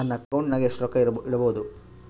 ನನ್ನ ಅಕೌಂಟಿನಾಗ ಎಷ್ಟು ರೊಕ್ಕ ಇಡಬಹುದು?